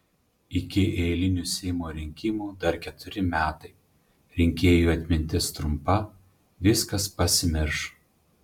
iki eilinių seimo rinkimų dar keturi metai rinkėjų atmintis trumpa viskas pasimirš